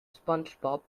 spongebob